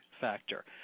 factor